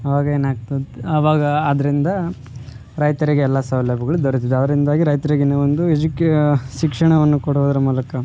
ಆವಾಗೇನಾಗ್ತದೆ ಅವಾಗ ಅದ್ರಿಂದ ರೈತರಿಗೆ ಎಲ್ಲ ಸೌಲಭ್ಯಗಳು ದೊರೆತಿದೆ ಅದ್ರಿಂದಾಗಿ ರೈತ್ರಿಗೆ ಏನೋ ಒಂದು ಎಜುಕೇ ಶಿಕ್ಷಣವನ್ನು ಕೊಡೋದ್ರ ಮೂಲಕ